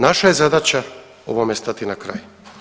Naša je zadaća ovome stati na kraj.